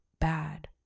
bad